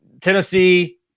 Tennessee